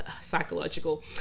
psychological